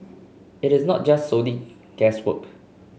it is not just solely guesswork